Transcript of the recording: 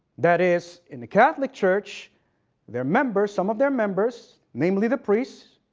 that is in the catholic church their members, some of their members, mainly the priest,